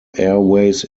airways